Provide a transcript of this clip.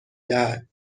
دهد